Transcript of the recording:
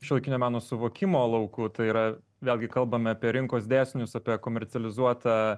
šiuolaikinio meno suvokimo lauku tai yra vėlgi kalbame apie rinkos dėsnius apie komercializuotą